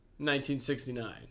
1969